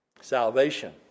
Salvation